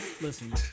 listen